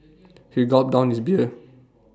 he gulped down his beer